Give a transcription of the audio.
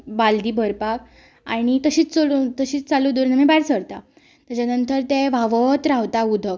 बालदी भरपाक आणी तशीच चलू चालू दवरून आमी भायर सरता तेच्या नंतर तें व्हांवत रावता उदक